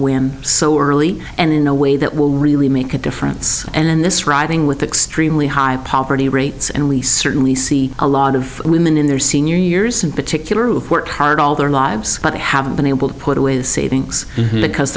win so early and in a way that will really make a difference and in this riding with extremely high poverty rates and we certainly see a lot of women in their senior years in particular who have worked hard all their lives but they haven't been able to put away the savings because